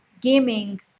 gaming